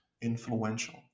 influential